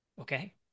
okay